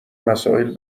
مسائل